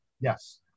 Yes